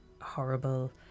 horrible